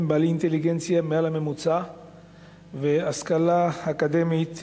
בעלי אינטליגנציה מעל הממוצע והשכלה אקדמית,